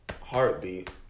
heartbeat